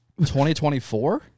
2024